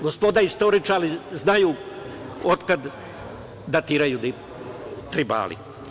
Gospoda istoričari znaju otkada datiraju Tribali.